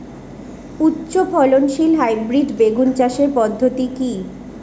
উচ্চ ফলনশীল হাইব্রিড বেগুন চাষের পদ্ধতি কী?